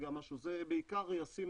זה בעיקר ישים,